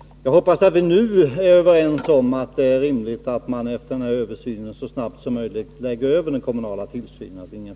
att jag hoppas att vi nu är överens om att det är rimligt att man efter översynen så snabbt som möjligt för över den kommunala tillsynen.